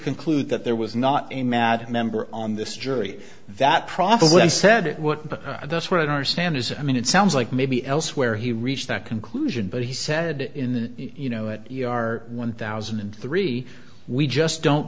conclude that there was not a mad member on this jury that proffer when said it would but that's what our stand is i mean it sounds like maybe elsewhere he reached that conclusion but he said in the you know it you are one thousand and three we just don't